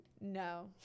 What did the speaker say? No